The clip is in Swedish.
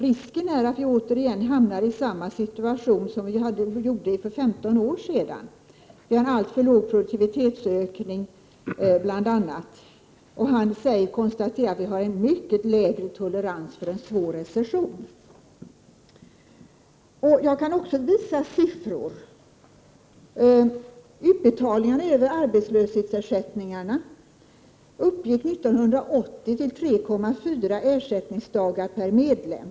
Risken är att vi återigen hamnar i samma situation som vi hade för 15 år sedan, med bl.a. en alltför låg produktivitetsökning, säger han. Han konstaterar vidare att vi i dag har en mycket lägre tolerans för en svår recession. Jag kan också visa siffror. Utbetalningarna över arbetslöshetsersättningen uppgick 1980 till 3,4 ersättningsdagar per medlem.